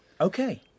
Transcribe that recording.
Okay